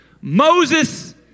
Moses